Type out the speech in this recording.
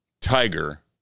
Tiger